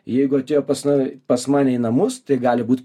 jeigu atėjo pas na pas mane į namus tai gali būt